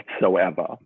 whatsoever